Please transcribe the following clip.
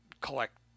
collect